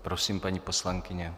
Prosím, paní poslankyně.